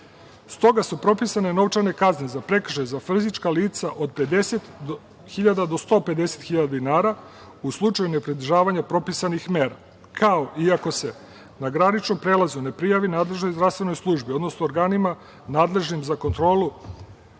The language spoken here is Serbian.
dece. Stoga su propisane novčane kazne za prekršaj za fizička lica od 50.000 do 150.000 dinara u slučaju ne pridržavanja propisanih mera, kao i ako se na graničnom prelazu ne prijavi nadležnoj zdravstvenoj službi, odnosno organima nadležnim za kontrolu